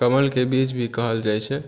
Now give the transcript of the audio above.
कमलके बीज भी कहल जाय छै